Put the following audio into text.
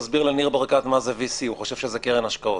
תסביר לניר ברקת מה זה VC. הוא חושב שזאת קרן השקעות.